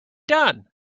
done